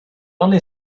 only